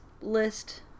list